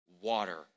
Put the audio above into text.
water